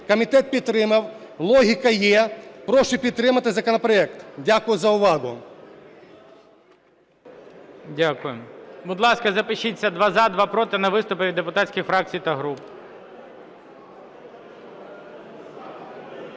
Комітет підтримав, логіка є. Прошу підтримати законопроект. Дякую за увагу. ГОЛОВУЮЧИЙ. Дякую. Будь ласка, запишіться: два – за, два – проти на виступи від депутатських фракцій та груп.